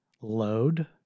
load